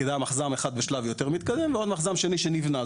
מחז"מ אחד בשלב יותר מתקדם ועוד מחז"מ שני שנבנה.